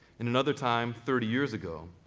in another time, thirty years ago,